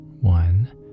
one